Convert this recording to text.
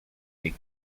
they